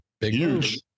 Huge